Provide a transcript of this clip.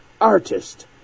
artist